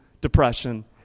depression